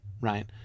right